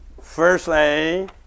Firstly